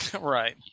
Right